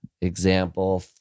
example